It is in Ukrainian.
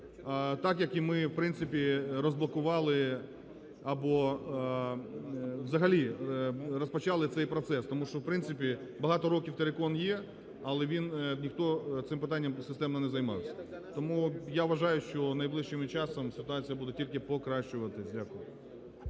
принципі, розблокували або взагалі розпочали цей процес, тому що, в принципі, багато років терикон є, але він… ніхто цим питанням системно не займався. Тому я вважаю, що найближчим часом ситуація буде тільки покращуватися.